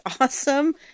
awesome